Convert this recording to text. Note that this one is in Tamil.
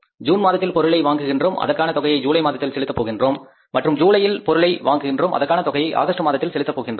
ஜூன் மாதத்தில் பொருளை வாங்குகின்றோம் அதற்கான தொகையை ஜூலை மாதத்தில் செலுத்தப் போகிறோம் மற்றும் ஜூலையில் பொருளை வாங்குகிறோம் அதற்கான தொகையை ஆகஸ்ட் மாதத்தில் செலுத்தப் போகிறோம்